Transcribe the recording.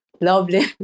Lovely